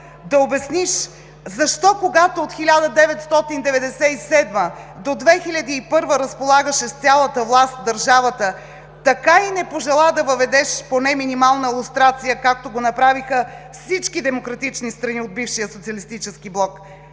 да обясниш защо, когато от 1997 г. до 2001 г. разполагаше с цялата власт в държавата, така и не пожела да въведеш поне минимална лустрация, както го направиха всички демократични страни от бившия социалистически блок?!